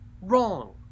wrong